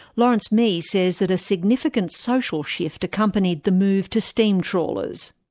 lawrence mee says that a significant social shift accompanied the move to steam trawlers.